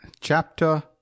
chapter